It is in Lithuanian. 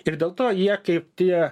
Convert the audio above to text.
ir dėl to jie kaip tie